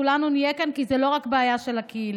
כולנו נהיה כאן, כי זו לא בעיה רק של הקהילה.